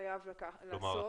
חייב לעשות.